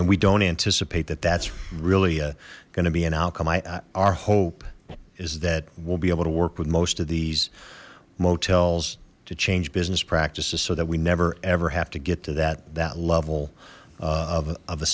and we don't anticipate that that's really going to be an outcome i our hope is that we'll be able to work with most of these motels to change business practices so that we never ever have to get to that that level of